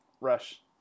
rush